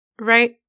Right